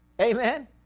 Amen